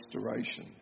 restoration